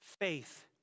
Faith